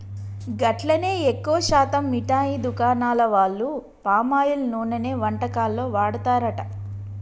గట్లనే ఎక్కువ శాతం మిఠాయి దుకాణాల వాళ్లు పామాయిల్ నూనెనే వంటకాల్లో వాడతారట